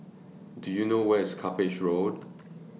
Do YOU know Where IS Cuppage Road